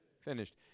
Finished